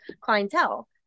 clientele